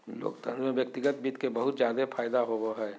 लोकतन्त्र में व्यक्तिगत वित्त के बहुत जादे फायदा होवो हय